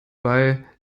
bei